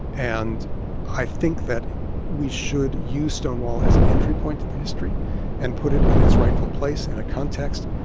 and i think that we should use stonewall as an entry point to the history and put it in its rightful place, in a context.